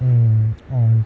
mm on